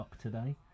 today